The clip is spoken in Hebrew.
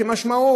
כמשמעו,